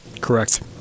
Correct